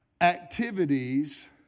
activities